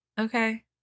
okay